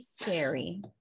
scary